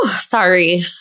Sorry